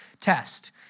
test